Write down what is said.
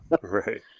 Right